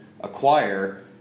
acquire